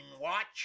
watch